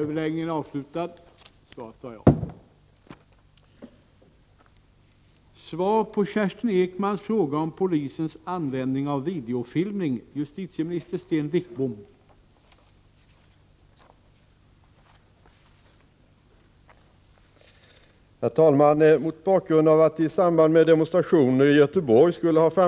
stimulera unga människor till initiativtagande